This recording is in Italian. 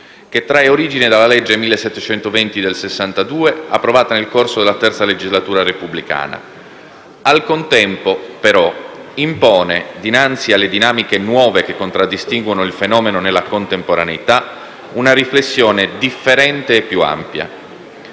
che trae origine dalla legge n. 1720 del 1962, approvata nel corso della III legislatura repubblicana. Al contempo, però, impone, dinanzi alle dinamiche nuove che contraddistinguono il fenomeno nella contemporaneità, una riflessione differente e più ampia.